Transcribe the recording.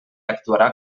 actuarà